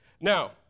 Now